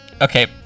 Okay